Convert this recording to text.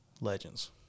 Legends